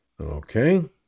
Okay